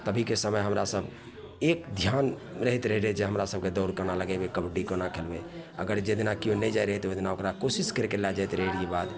तभीके समय हमरासभ एक धिआन रहैत रहै रहै जे हमरा सभकेँ दौड़ कोना लगेबै कबड्डी कोना खेलबै अगर जे दिना किओ नहि जाए रहै तऽ ओहिदिना ओकरा कोशिश करिके लए जाइत रहै रहिए बाध